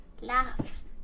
laughs